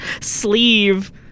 sleeve